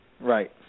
Right